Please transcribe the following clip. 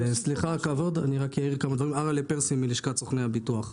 אני ארל'ה פרסי מלשכת סוכני הביטוח.